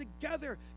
together